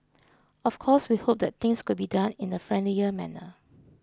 of course we hope that things could be done in a friendlier manner